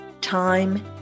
time